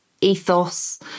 ethos